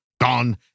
gone